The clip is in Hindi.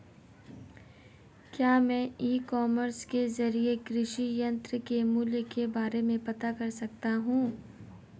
क्या मैं ई कॉमर्स के ज़रिए कृषि यंत्र के मूल्य के बारे में पता कर सकता हूँ?